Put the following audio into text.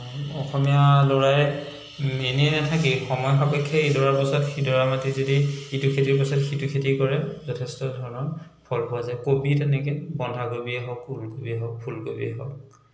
অসমীয়া ল'ৰাই এনেই নাথাকি সময় সাপেক্ষে ইডৰাৰ পিছত সিডৰা মাটি যদি ইটো খেতিৰ পিছত সিটো খেতি কৰে যথেষ্ট ধৰণৰ ফল পোৱা যায় কবি তেনেকে বন্ধাকবিয়েই হওক ওলকবিয়েই হওক ফুলকবিয়েই হওক